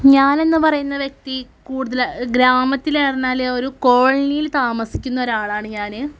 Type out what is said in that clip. ഞാനെന്നു പറയുന്ന വ്യക്തി കൂടുതൽ ഗ്രാമത്തിലെ ആരെന്നാൽ ഒരു കോളനിയില് താമസിക്കുന്ന ആളാണ് ഞാൻ